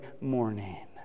morning